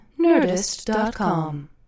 nerdist.com